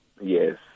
Yes